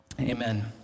Amen